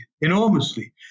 enormously